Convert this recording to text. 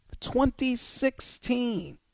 2016